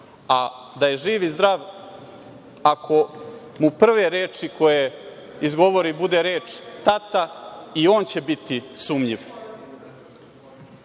Da je živ i zdrav, ako mu prva reč koju izgovori bude reč „tata“, i on će biti sumnjiv.